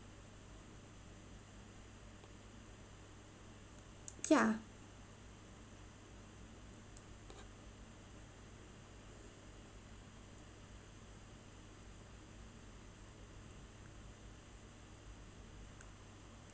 ya